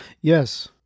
Yes